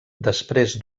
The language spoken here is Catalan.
després